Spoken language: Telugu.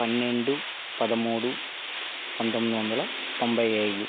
పన్నెండు పదమూడు పంతొమ్మిది వందల తొంభై ఐదు